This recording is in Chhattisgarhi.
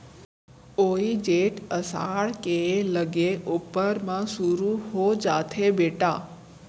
वोइ जेठ असाढ़ के लगे ऊपर म सुरू हो जाथे बेटा